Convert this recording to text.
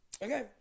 Okay